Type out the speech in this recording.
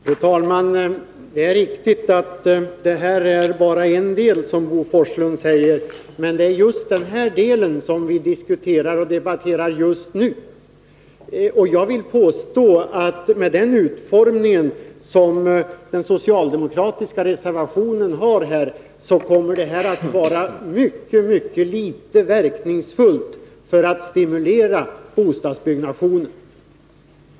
Fru talman! Det är riktigt att momsbefrielsen bara är en del, som Bo Forslund säger, men det är just den delen som vi diskuterar och debatterar just nu. Och jag vill påstå att med den utformning som den socialdemokratiska reservationen har kommer ett bifall till den att vara mycket litet verkningsfullt för att stimulera bostadsbyggnationen.